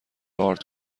ارد